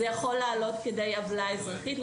זה יכול לעלות כדי עוולה אזרחית,